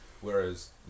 whereas